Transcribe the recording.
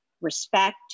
respect